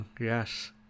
Yes